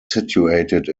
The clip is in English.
situated